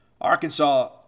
Arkansas